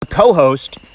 co-host